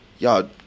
Y'all